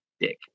dick